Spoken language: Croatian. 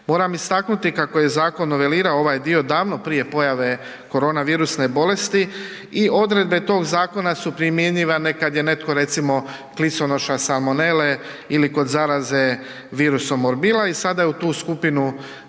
Moram istaknuti kako je zakon novelirao ovaj dio davno prije pojave koronavirusne bolesti i odredbe tog zakona su primjenjivane kad je netko recimo kliconoša salmonele ili kod zaraze virusom morbila i sada je u tu skupinu